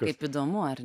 kaip įdomu ar